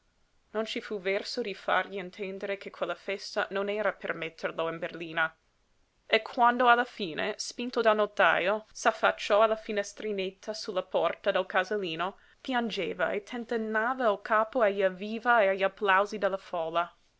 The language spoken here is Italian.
non ci fu verso di fargli intendere che quella festa non era per metterlo in berlina e quando alla fine spinto dal notajo s'affacciò alla finestretta sulla porta del casalino piangeva e tentennava il capo agli evviva e agli applausi della folla